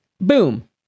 Boom